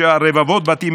היועץ המשפטי לכנסת עו"ד איל